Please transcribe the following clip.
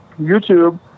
YouTube